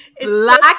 black